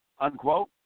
unquote